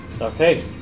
Okay